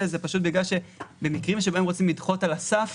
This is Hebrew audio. היא בגלל שבמקרים שבהם רוצים לדחות על הסף,